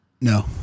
No